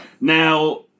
Now